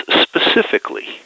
specifically